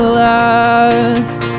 last